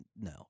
no